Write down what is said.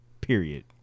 Period